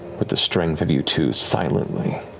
with the strength of you two silently